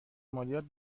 مالیات